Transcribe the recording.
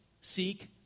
seek